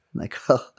D'accord